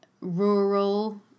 rural